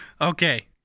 Okay